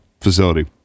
facility